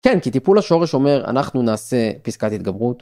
כן, כי טיפול השורש אומר, אנחנו נעשה פסקת התגברות.